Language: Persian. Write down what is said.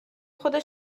خود